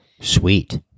sweet